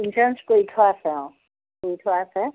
insurance কৰি থোৱা আছে অঁ কৰি থোৱা আছে